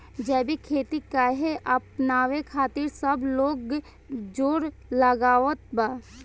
जैविक खेती काहे अपनावे खातिर सब लोग जोड़ लगावत बा?